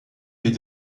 des